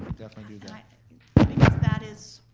definitely do that. that is